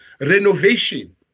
renovation